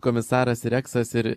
komisaras reksas ir